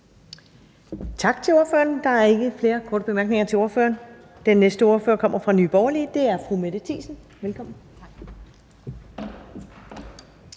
Tak til ordføreren. Der er ikke flere korte bemærkninger til ordføreren. Den næste ordfører kommer fra Nye Borgerlige, og det er fru Mette Thiesen. Velkommen.